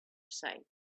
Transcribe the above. side